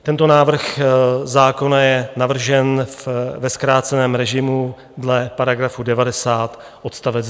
Tento návrh zákona je navržen ve zkráceném režimu dle § 90 odst.